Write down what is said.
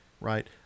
right